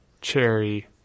cherry